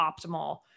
optimal